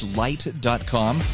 light.com